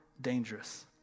dangerous